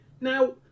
now